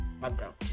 background